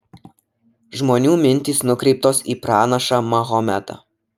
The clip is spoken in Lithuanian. žmonių mintys nukreiptos į pranašą mahometą